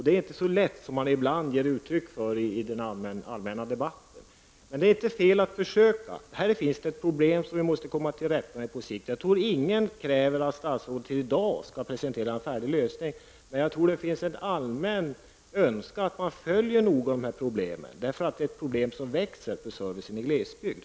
Det är inte så lätt som man ibland ger uttryck för i den allmänna debatten att genomföra detta, men det är inte fel att försöka. Det gäller ett problem som vi på sikt måste komma till rätta med. Jag tror inte att någon kräver att statsrådet i dag skall kunna presentera en färdig lösning, men jag tror att det finns en allmän önskan om att dessa problem skall följas noggrant. Det är nämligen fråga om ett växande problem för servicen i glesbygd.